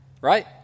right